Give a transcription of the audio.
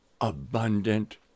abundant